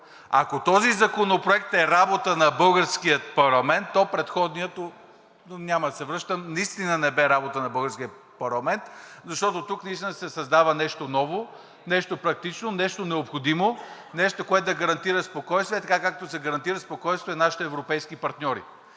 Ако този законопроект е работа на българския парламент, то предходният – няма да се връщам, наистина не бе работа на българския парламент, защото тук наистина се създава нещо ново, нещо практично, нещо необходимо, нещо, което да гарантира спокойствие така, както се гарантира спокойствието на нашите европейски партньори.